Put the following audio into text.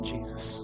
Jesus